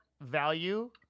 value